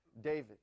David